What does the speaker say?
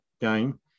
game